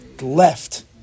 left